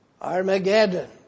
Armageddon